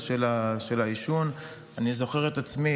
אדוני,